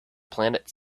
planet